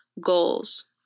goals